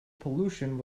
pollution